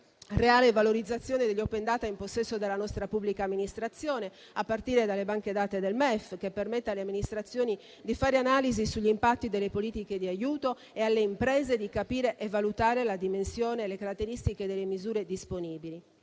reale valorizzazione degli *open data* in possesso della nostra pubblica amministrazione, a partire dalle banche dati del Ministero dell'economia e delle finanze, che permettano alle amministrazioni di fare analisi sugli impatti delle politiche di aiuto e alle imprese di capire e valutare la dimensione e le caratteristiche delle misure disponibili.